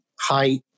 height